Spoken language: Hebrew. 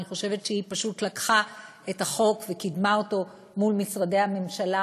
אני חושבת שהיא פשוט לקחה את החוק וקידמה אותו מול משרדי הממשלה,